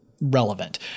relevant